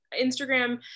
Instagram